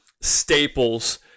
staples